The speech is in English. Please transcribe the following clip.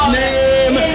name